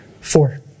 Four